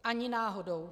Ani náhodou.